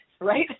right